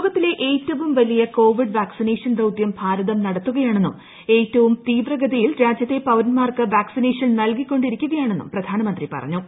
ലോകത്തിലെ ഏറ്റവും വലിയ കോവിഡ് വാക്സിനേഷൻ ദൌത്യം ഭാരതം നടത്തുകയാണെന്നും ഏറ്റവും തീവ്രഗതിയിൽ രാജ്യത്തെ പൌരന്മാർക്ക് വാക്സിനേഷൻ നൽകിക്കൊണ്ടിരിക്കുക യാണെന്നും പ്രധാനമന്ത്രി പറഞ്ഞു